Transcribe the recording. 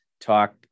talk